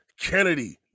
kennedy